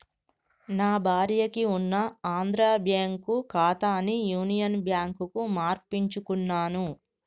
నా భార్యకి ఉన్న ఆంధ్రా బ్యేంకు ఖాతాని యునియన్ బ్యాంకుకు మార్పించుకున్నాను